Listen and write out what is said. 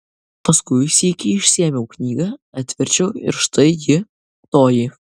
paskui sykį išsiėmiau knygą atverčiau ir štai ji toji